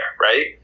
right